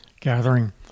gathering